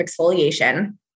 exfoliation